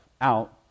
out